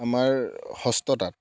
আমাৰ হস্ত তাঁত